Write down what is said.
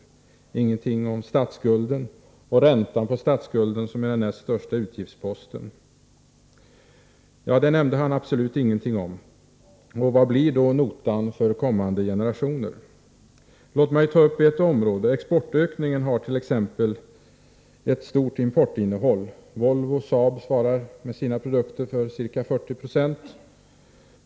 Inte heller nämndes någonting om statsskulden och räntan på denna, som är den näst största utgiftsposten. Vad blir då notan för kommande generationer? Låt mig ta upp ett område. Exportökningen t.ex. har ett stort importinnehåll. Volvo och Saab svarar med sina produkter för ca 40 26.